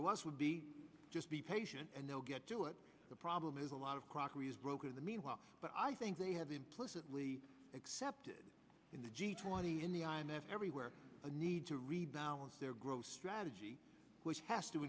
to us would be just be patient and they'll get to it the problem is a lot of crockery is broken in the meanwhile but i think they have implicitly accepted in the g twenty in the i m f everywhere the need to rebalance their growth strategy which has to